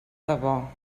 debò